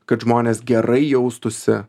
kad žmonės gerai jaustųsi